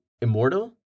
immortal